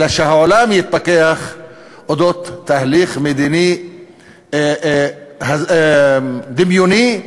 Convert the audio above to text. אלא שהעולם יתפכח מתהליך מדיני דמיוני,